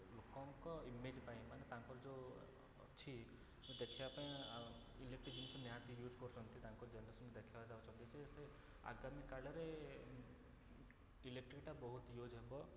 ଲୋକଙ୍କ ଇମେଜ୍ ପାଇଁ ମାନେ ତାଙ୍କର ଯେଉଁ ଅଛି ଦେଖାଇବା ପାଇଁ ଆଉ ଇଲେକ୍ଟ୍ରିକ୍ ଜିନିଷ ନିହାତି ୟୁଜ୍ କରୁଛନ୍ତି ତାଙ୍କର ଜେନେରେସନ୍ ଦେଖାଇବା ଯାଉଛନ୍ତି ସେ ସେ ଆଗାମି କାଳରେ ଇଲେକ୍ଟ୍ରିଟା ବହୁତ ୟୁଜ୍ ହେବ